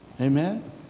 Amen